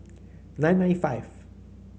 nine nine five